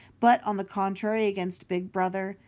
but, on the contrary, against big brother,